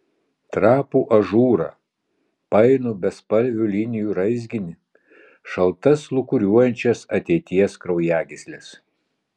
trapų ažūrą painų bespalvių linijų raizginį šaltas lūkuriuojančias ateities kraujagysles